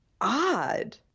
odd